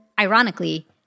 ironically